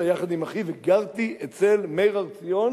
יחד עם אחיו וגרתי אצל מאיר הר-ציון